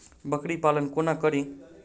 बकरी पालन कोना करि?